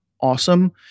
awesome